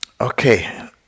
Okay